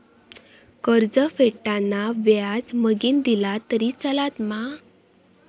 कर्ज फेडताना व्याज मगेन दिला तरी चलात मा?